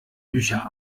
bücher